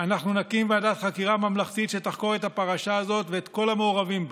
"אנחנו נקים ועדת חקירה ממלכתית שתחקור את הפרשה הזאת וכל המעורבים בה".